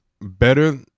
better